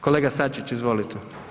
Kolega Sačić, izvolite.